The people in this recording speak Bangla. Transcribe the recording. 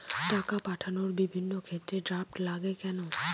টাকা পাঠানোর বিভিন্ন ক্ষেত্রে ড্রাফট লাগে কেন?